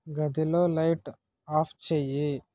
గదిలో light off చెయ్యి